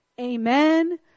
Amen